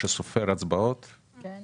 הצבעה סעיף 3 אושר.